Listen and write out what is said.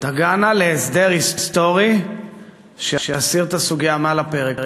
תגענה להסדר היסטורי, שיסיר את הסוגיה מעל הפרק.